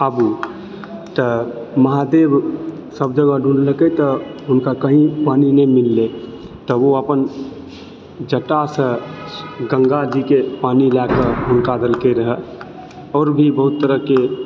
आबू तऽ महादेव सब जगह ढूँढलकै तऽ हुनका कही पानि नहि मिललै तऽ ओ अपन जटासँ गङ्गाजीके पानी लए कऽ हुनका देलकै रहऽ आओर भी बहुत तरहकेँ